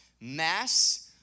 Mass